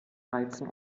heizen